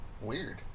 weird